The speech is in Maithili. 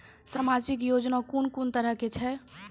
समाजिक योजना कून कून तरहक छै?